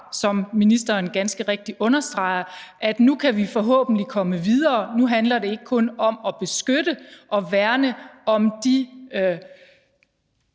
som ministeren ganske rigtigt understreger, at vi nu forhåbentlig kan komme videre. Nu handler det ikke kun om at beskytte og værne om de